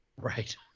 Right